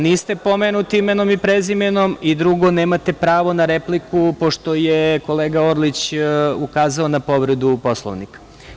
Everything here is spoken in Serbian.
Niste pomenuti ni imenom ni prezimenom, i drugo nemate pravo na repliku, pošto je kolega Orlić ukazao na povredu Poslovnika.